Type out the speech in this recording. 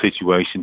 situation